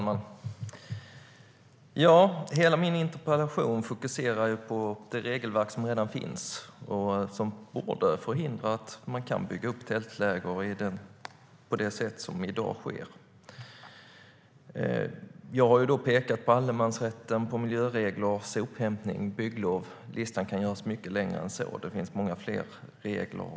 Herr talman! Min interpellation fokuserar på det regelverk som redan finns och som borde förhindra att tältläger kan byggas upp på det sätt som i dag sker. Jag har pekat på allemansrätten, miljöregler, sophämtning och bygglov. Listan kan göras mycket längre; det finns många fler regler.